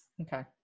Okay